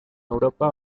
europa